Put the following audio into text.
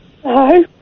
Hello